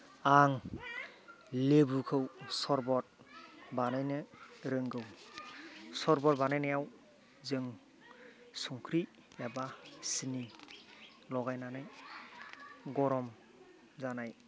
आं लेबुखौ सरबथ बानायनो रोंगौ सरबथ बानायनायाव जों संख्रि एबा सिनि लगायनानै गरम जानाय